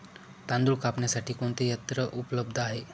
तांदूळ कापण्यासाठी कोणते यंत्र उपलब्ध आहे?